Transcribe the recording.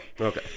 okay